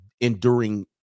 enduring